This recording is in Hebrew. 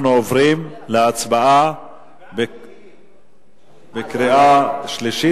אנחנו עוברים להצבעה בקריאה שלישית,